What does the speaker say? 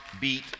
beat